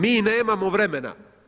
Mi nemamo vremena.